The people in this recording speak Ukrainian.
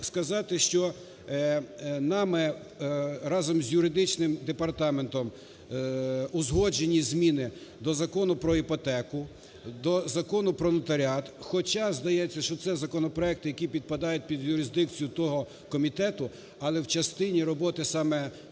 що нами разом з юридичним департаментом узгоджені зміни до Закону "Про іпотеку", до Закону "Про нотаріат". Хоча здається, що це законопроекти, які підпадають під юрисдикцію того комітету, але в частині роботи саме